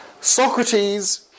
Socrates